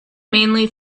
mainly